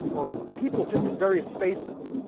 or people just in various spaces.